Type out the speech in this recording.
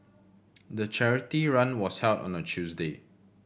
the charity run was held on a Tuesday